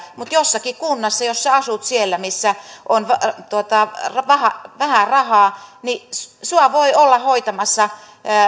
mutta jossakin kunnassa jos asut siellä missä on vähän rahaa sinua voi olla hoitamassa